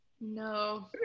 No